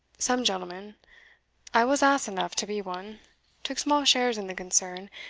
some gentlemen i was ass enough to be one took small shares in the concern,